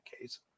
case